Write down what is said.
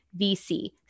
VC